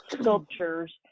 sculptures